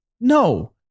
No